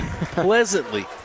pleasantly